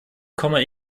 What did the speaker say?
komme